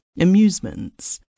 amusements